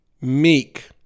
meek